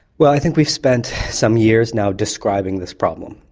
well, i think we've spent some years now describing this problem.